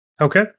Okay